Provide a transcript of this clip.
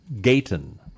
Gayton